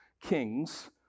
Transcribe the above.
Kings